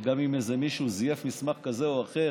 שזה גם אם מישהו זייף מסמך כזה או אחר